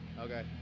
Okay